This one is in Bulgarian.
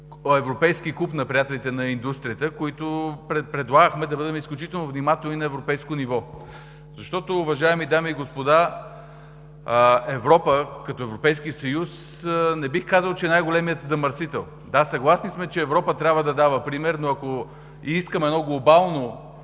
европейския клуб „Приятелите на индустрията“, като предлагахме да бъдем изключително внимателни на европейско ниво. Защото, уважаеми дами и господа, Европа, като Европейски съюз, не бих казал, че е най-големият замърсител. Да, съгласни сме, че Европа трябва да дава пример, но ако искаме глобално